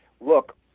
Look